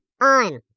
on